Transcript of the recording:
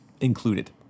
included